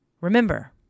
Remember